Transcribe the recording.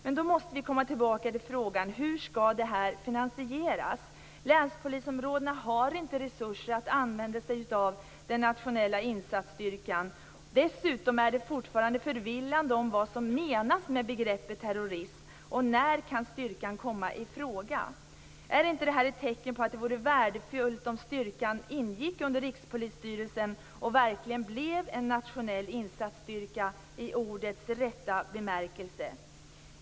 Men då måste vi komma tillbaka till frågan: Hur skall det här finansieras? Länspolisområdena har inte resurser att använda sig av den nationella insatsstyrkan. Dessutom är det fortfarande förvillande vad som menas med begreppet terrorism. När kan styrkan komma i fråga? Är inte det här ett tecken på att det vore värdefullt om styrkan ingick under Rikspolisstyrelsen och verkligen blev en nationell insatsstyrka i ordets rätta bemärkelse?